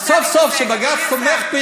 בג"ץ לא רצה להתעסק,